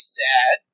sad